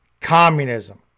communism